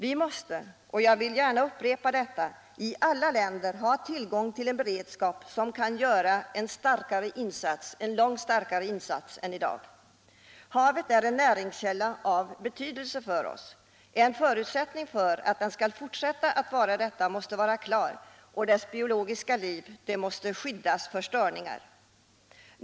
Vi måste, det vill jag gärna upprepa, i alla länder ha tillgång till en sådan beredskap att vi kan göra en långt starkare insats än i dag. Havet är en näringskälla av betydelse för oss. En förutsättning för att den skall fortsätta att vara det är att dess biologiska liv skyddas för störningar.